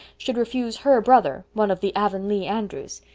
should refuse her brother one of the avonlea andrews.